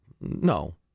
No